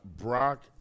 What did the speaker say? Brock